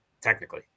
technically